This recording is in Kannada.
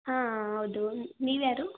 ಹಾಂ ಹಾಂ ಹೌದು ನೀವು ಯಾರು